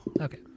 Okay